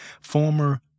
Former